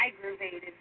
aggravated